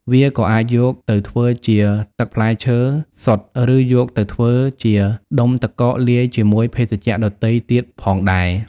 វាក៏អាចយកទៅធ្វើជាទឹកផ្លែឈើសុទ្ធ ឬយកទៅធ្វើជាដុំទឹកកកលាយជាមួយភេសជ្ជៈដទៃទៀតផងដែរ។